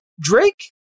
Drake